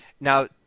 Now